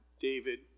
David